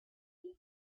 wii